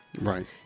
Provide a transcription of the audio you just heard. Right